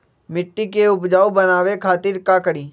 मिट्टी के उपजाऊ बनावे खातिर का करी?